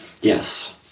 Yes